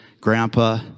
grandpa